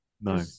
no